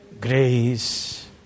grace